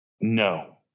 No